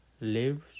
lives